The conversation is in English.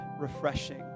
refreshing